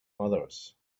others